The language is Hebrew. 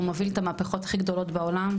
הוא מוביל את המהפכות הכי גדולות בעולם,